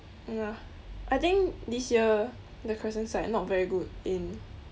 ya I think this year the crescent side not very good in